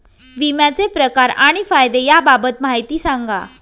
विम्याचे प्रकार आणि फायदे याबाबत माहिती सांगा